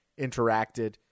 interacted